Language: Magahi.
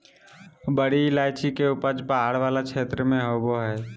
बड़ी इलायची के उपज पहाड़ वाला क्षेत्र में होबा हइ